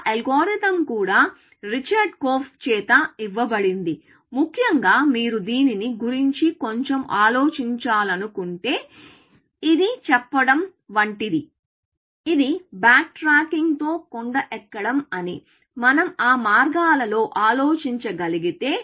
ఆ అల్గోరిథం కూడా Richard Korf చేత ఇవ్వబడింది ముఖ్యంగా మీరు దీని గురించి కొంచెం ఆలోచించాలను కుంటే ఇది చెప్పడం వంటిది ఇది బ్యాక్ ట్రాకింగ్ తో కొండ ఎక్కడం అని మనం ఆ మార్గాల్లో ఆలోచించగలిగితే